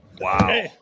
Wow